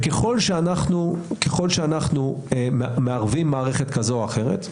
ככל שאנחנו מערבים מערכת כזו או אחרת,